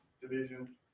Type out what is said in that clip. Division